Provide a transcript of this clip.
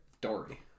Dory